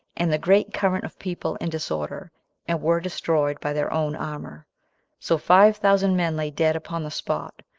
and the great current of people in disorder, and were destroyed by their own armor so five thousand men lay dead upon the spot,